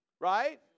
Right